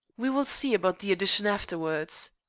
we will see about the addition afterwards.